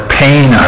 pain